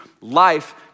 life